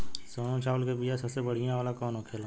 सोनम चावल के बीया सबसे बढ़िया वाला कौन होखेला?